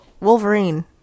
Wolverine